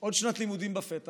עוד שנת לימודים בפתח